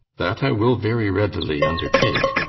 that i will very readily undertake.